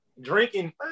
drinking